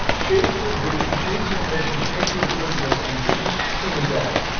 chase your vision, chase your mission, chase your principles and get excellent at it.